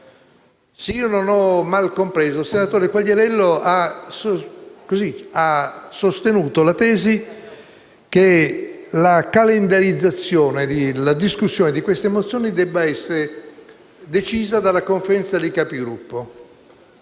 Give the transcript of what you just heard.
Se non ho mal compreso, il senatore Quagliariello ha sostenuto la tesi che la calendarizzazione della discussione di queste mozioni debba essere decisa dalla Conferenza dei Capigruppo.